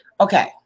Okay